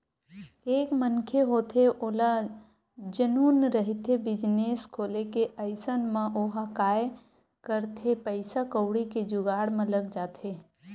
एक मनखे होथे ओला जनुन रहिथे बिजनेस खोले के अइसन म ओहा काय करथे पइसा कउड़ी के जुगाड़ म लग जाथे